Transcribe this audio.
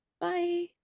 Bye